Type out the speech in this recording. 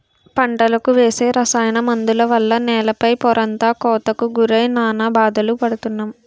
పంటలకు వేసే రసాయన మందుల వల్ల నేల పై పొరంతా కోతకు గురై నానా బాధలు పడుతున్నాం